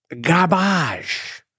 garbage